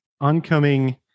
oncoming